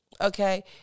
Okay